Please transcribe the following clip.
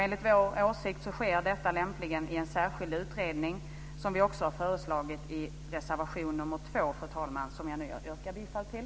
Enligt vår åsikt sker detta lämpligen i en särskild utredning, som vi också har föreslagit i reservation nr 2, fru talman, som jag nu yrkar bifall till.